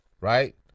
right